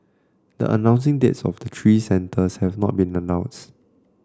the announcing dates of the three centres have not been announced